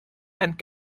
and